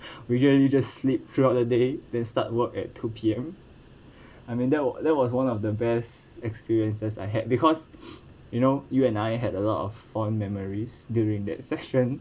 literally just sleep throughout the day then start work at two P_M I mean that was that was one of the best experiences I had because you know you and I had a lot of fond memories during that session